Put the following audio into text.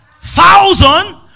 thousand